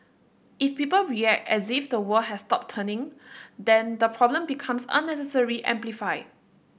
if people react as if the world has stopped turning then the problem becomes unnecessarily amplified